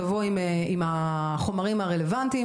תבואו עם החומרים הרלוונטיים,